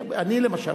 למשל,